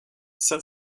saint